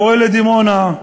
קורה לדימונה,